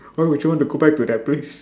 why would you want to go back to that place